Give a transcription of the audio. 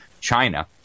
china